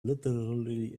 literally